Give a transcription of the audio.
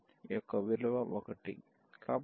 కాబట్టి ఈ 1 యొక్క విలువ 1